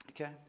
okay